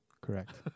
Correct